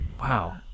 Wow